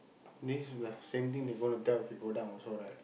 this is the same thing they gonna tell if they go down also right